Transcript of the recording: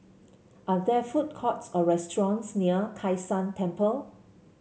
are there food courts or restaurants near Kai San Temple